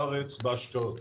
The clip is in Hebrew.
בארץ בהשקעות.